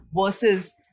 versus